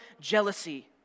jealousy